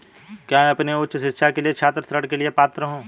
क्या मैं अपनी उच्च शिक्षा के लिए छात्र ऋण के लिए पात्र हूँ?